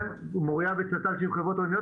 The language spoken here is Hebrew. מוריה ו- -- שהן חברות עירוניות,